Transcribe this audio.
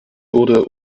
wurde